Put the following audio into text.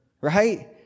right